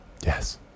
Yes